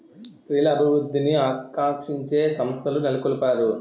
స్త్రీల అభివృద్ధిని ఆకాంక్షించే సంస్థలు నెలకొల్పారు